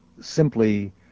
simply